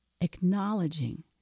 Acknowledging